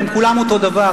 הם כולם אותו דבר.